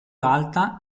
alta